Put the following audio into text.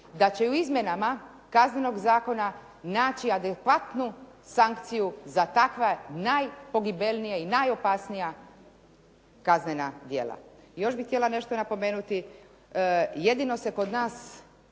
da će u izmjenama Kaznenog zakona naći adekvatnu sankciju za takva najpogibeljnija i najopasnija kaznena djela. Još bi htjela nešto napomenuti, jedino se kod nas